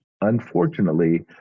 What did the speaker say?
unfortunately